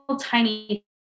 tiny